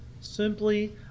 simply